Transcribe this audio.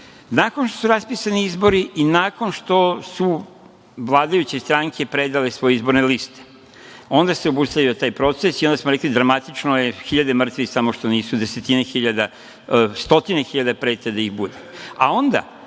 nakon što su raspisani izbori, i nakon što su vladajuće stranke predale svoje izborne liste. Onda se obustavio taj proces, i onda smo rekli dramatično je, hiljade mrtvih, samo što nisu desetine hiljada, stotine hiljada preti da ih bude,